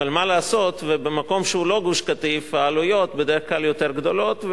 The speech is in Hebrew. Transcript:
אבל מה לעשות שבמקום שהוא לא גוש-קטיף העלויות בדרך כלל יותר גדולות,